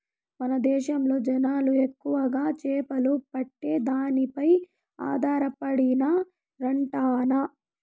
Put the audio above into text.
మన దేశంలో జనాలు ఎక్కువగా చేపలు పట్టే దానిపై ఆధారపడినారంటన్నా